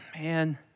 man